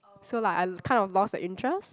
so like I'll kind of lost the interest